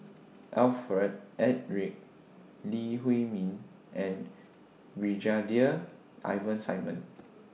Alfred Eric Lee Huei Min and Brigadier Ivan Simson